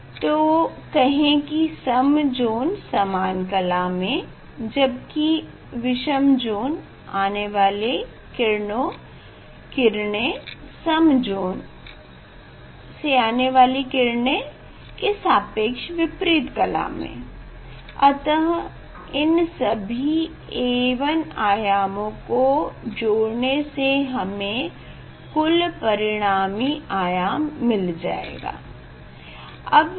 तो कहें की सम ज़ोन समान कला में जबकि विषम ज़ोन से आने वाली किरण सम ज़ोन से आने वाली किरण के सापेक्ष विपरीत कला में है अतः इन सभी A1 आयामों को जोड़ने से हमें कुल परिणामी आयाम मिल सकेगा